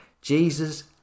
Jesus